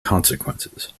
consequences